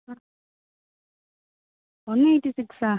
ஆ one eighty சிக்ஸா